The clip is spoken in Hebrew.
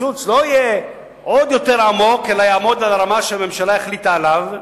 שהקיצוץ לא יהיה עוד יותר עמוק אלא יעמוד ברמה שהממשלה החליטה עליה.